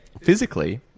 physically